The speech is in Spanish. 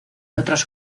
otras